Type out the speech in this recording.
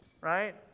right